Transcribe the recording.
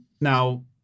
Now